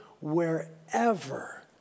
wherever